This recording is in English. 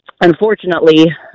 unfortunately